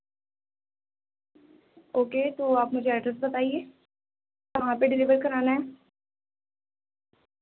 okay تو آپ مجھے ایڈریس بتائیے وہاں پہ ڈیلیور کرانا ہے